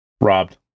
robbed